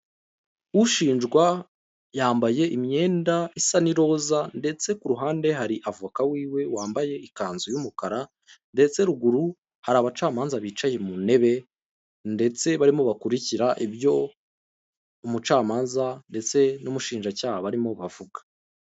Ushinjwa yambaye imyenda isa n'iroza ndetse ku ruhande hari avoka w'iwe wambaye ikanzu y'umukara. Ndetse ruguru hari abacamanza bicaye mu ntebe ndetse barimo bakurikira ibyo umucamanza ndetse n'umushinjacyaha barimo bavuga.